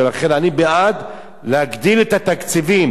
ולכן, אני בעד להגדיל את התקציבים.